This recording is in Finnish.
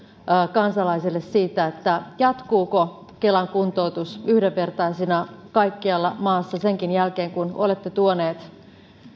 kansalaisille siitä jatkuuko kelan kuntoutus yhdenvertaisena kaikkialla maassa senkin jälkeen kun olette tuoneet